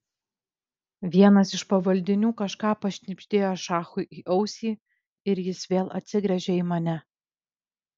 vienas iš pavaldinių kažką pašnibždėjo šachui į ausį ir jis vėl atsigręžė į mane